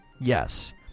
Yes